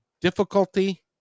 difficulty